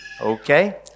Okay